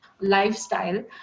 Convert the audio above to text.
lifestyle